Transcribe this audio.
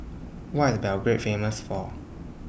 Why IS Belgrade Famous For